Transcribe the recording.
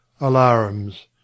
Alarms